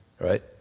right